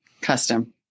custom